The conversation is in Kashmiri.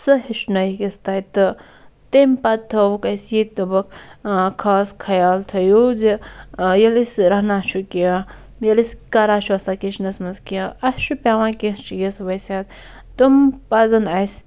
سُہ ہیٚچھنٲیِکھ أسۍ تَتہِ تہٕ تمہِ پَتہٕ تھووُکھ أسۍ ییٚتہِ دوٚپُکھ خاص خَیال تھٲوِو زِ ییٚلہِ أسۍ رَنان چھُ کیٚنٛہہ ییٚلہِ أسۍ کَران چھِ آسان کِچنَس مَنٛز کیٚنٛہہ اَسہ چھُ پیٚوان کیٚنٛہہ چیٖز ؤسِتھ تِم پَزَن اَسہِ